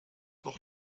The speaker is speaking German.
noch